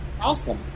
Awesome